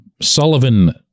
Sullivan